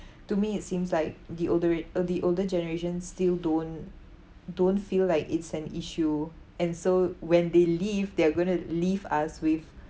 to me it seems like the older uh the older generation still don't don't feel like it's an issue and so when they leave they are going to leave us with